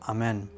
Amen